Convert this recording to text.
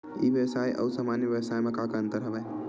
ई व्यवसाय आऊ सामान्य व्यवसाय म का का अंतर हवय?